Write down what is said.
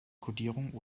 kodierung